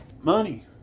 money